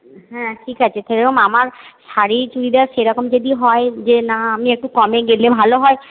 হ্যাঁ ঠিক আছে কী রকম আমার শাড়ি চুড়িদার সেরকম যদি হয় যে না আমি একটু কমে গেলে ভালো হয়